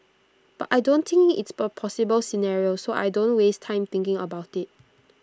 but I don't think it's A possible scenario so I don't waste time thinking about IT